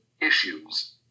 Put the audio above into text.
issues